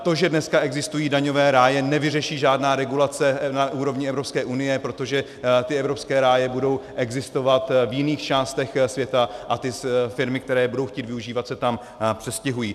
To, že dneska existují daňové ráje, nevyřeší žádná regulace na úrovni EU, protože ty evropské ráje budou existovat v jiných částech světa a ty firmy, které je budou chtít využívat, se tam přestěhují.